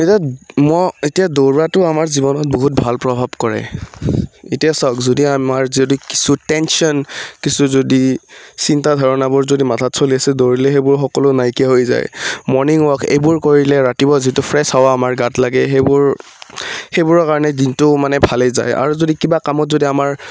এতিয়া মই এতিয়া দৌৰাটো আমাৰ জীৱনত বহুত ভাল প্ৰভাৱ কৰে এতিয়া চাওক যদি আমাৰ যদি কিছু টেন্যন কিছু যদি চিন্তা ধাৰণাবোৰ যদি মথাত চলি আছে দৌৰিলে সেইবোৰ সকলো নাইকিয়া হৈ যায় মৰ্ণিং ৱাক এইবোৰ কৰিলে ৰাতিপুৱা যিটো ফ্ৰেছ হাৱা আমাৰ গাত লাগে সেইবোৰ সেইবোৰৰ কাৰণে দিনটো মানে ভালেই যায় আৰু যদি কিবা কামত যদি আমাৰ